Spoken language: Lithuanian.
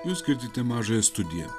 jūs girdite mažąją studiją